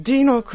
Dino